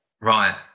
right